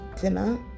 dinner